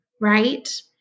right